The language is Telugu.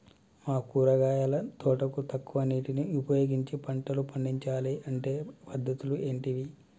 మా కూరగాయల తోటకు తక్కువ నీటిని ఉపయోగించి పంటలు పండించాలే అంటే పద్ధతులు ఏంటివి?